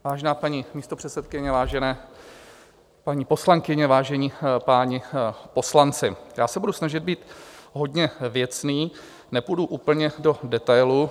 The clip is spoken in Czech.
Vážená paní místopředsedkyně, vážené paní poslankyně, vážení páni poslanci, já se budu snažit být hodně věcný, nepůjdu úplně do detailů.